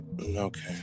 Okay